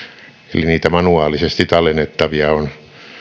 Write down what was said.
eli niitä manuaalisesti tallennettavia on